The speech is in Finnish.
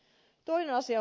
toinen asia